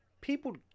people